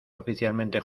oficialmente